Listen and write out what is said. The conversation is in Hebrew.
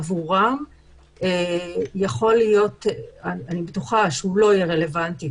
עבורם אני בטוחה שהוא לא יהיה רלוונטי.